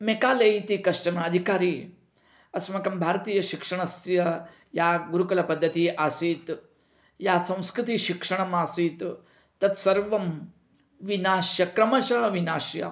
Macaulay इति कश्चन अधिकारी अस्माकं भरतीयशिक्षणस्य या गुरुकुलपद्धत्तिः आसीत् या संस्कृतिशिक्षणम् आसीत् तत् सर्वं विनाशं क्रमशः विनाश्य